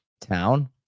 town